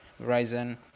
Verizon